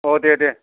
अ दे दे